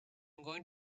going